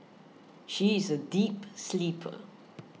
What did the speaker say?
she is a deep sleeper